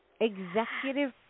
Executive